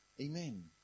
Amen